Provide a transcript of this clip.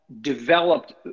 developed